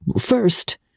First